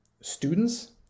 students